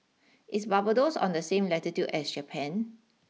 is Barbados on the same latitude as Japan